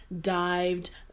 dived